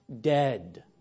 dead